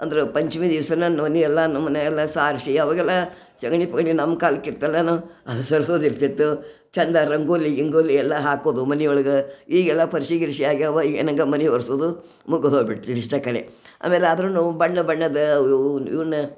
ಅಂದ್ರೆ ಪಂಚಮಿ ದಿವಸನ ಮನೆಯೆಲ್ಲ ನಮ್ಮ ಮನೆಯೆಲ್ಲ ಸಾರ್ಸಿ ಅವಾಗೆಲ್ಲ ಸಗಣಿ ಪಗಣಿ ನಮ್ಮ ಕಾಲಕಿತ್ತಲ್ಲನ ಅನುಸರಿಸೋದು ಇರ್ತಿತ್ತು ಚಂದ ರಂಗೋಲಿ ಗಿಂಗೋಲಿ ಎಲ್ಲ ಹಾಕೋದು ಮನೆಯೊಳಗೆ ಈಗೆಲ್ಲ ಪರೀಕ್ಷೆ ಗಿರೀಕ್ಷೆ ಆಗ್ಯಾವ ಏನಗ ಮನೆ ಒರ್ಸೋದು ಮುಗುದೋ ಬಿಟ್ತ ಇಷ್ಟೆ ಕಲೆ ಆಮೇಲೆ ಅದ್ರುನು ಬಣ್ಣ ಬಣ್ಣದ ಇವು ಇವುನ್ನ